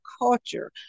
culture